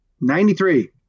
Ninety-three